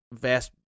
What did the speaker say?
vast